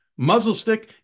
Muzzlestick